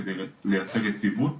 כדי לייצר יציבות,